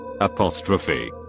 apostrophe